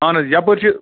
اَہن حظ یَپٲرۍ چھِ